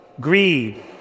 greed